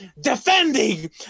defending